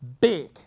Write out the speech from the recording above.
big